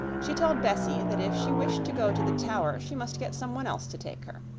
she told bessie that if she wished to go to the tower she must get someone else to take her.